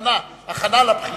הכנה לבחינה,